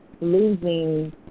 losing